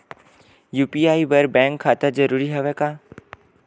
UPI बर bank खाता जरूरी हवय का?